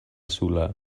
solar